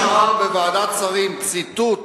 "אני לא מגיש ערר בוועדת שרים לחקיקה" ציטוט,